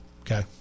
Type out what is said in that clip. Okay